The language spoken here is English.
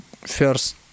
first